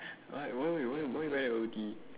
why why why why you buy bubble tea